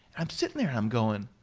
i'm sitting there and i'm going,